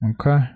Okay